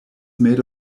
made